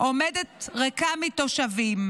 עומדת ריקה מתושבים.